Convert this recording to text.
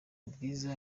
bwiza